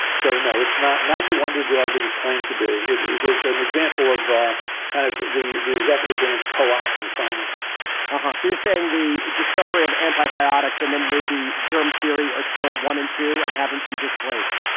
so, no, it's not not the wonder drug it was claimed to be. it it was an example of kind of the the executive branch coopting science so you're saying the discovery of antibiotics and then maybe germ theory are still one and two and haven't been displaced,